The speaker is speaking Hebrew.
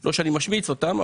ולא שאני משמיץ אותם.